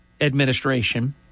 administration